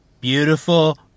beautiful